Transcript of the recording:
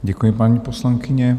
Děkuji, paní poslankyně.